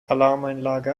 alarmanlage